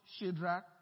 Shadrach